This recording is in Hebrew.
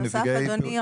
אדוני,